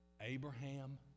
Abraham